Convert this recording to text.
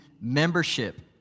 membership